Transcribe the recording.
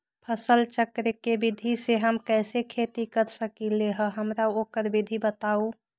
फसल चक्र के विधि से हम कैसे खेती कर सकलि ह हमरा ओकर विधि बताउ?